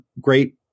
great